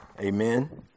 Amen